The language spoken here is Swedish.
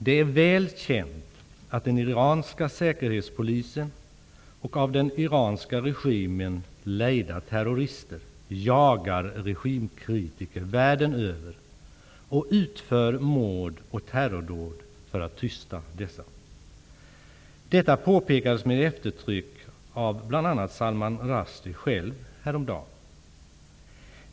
Det är väl känt att den iranska säkerhetspolisen och terrorister lejda av den iranska regimen jagar regimkritiker världen över och utför mord och terrordåd för att tysta dessa. Detta påpekades med eftertryck av bl.a. Salman Rushdie själv häromdagen.